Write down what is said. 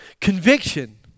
Conviction